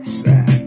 sad